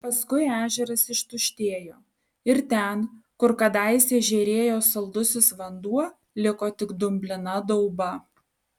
paskui ežeras ištuštėjo ir ten kur kadaise žėrėjo saldusis vanduo liko tik dumblina dauba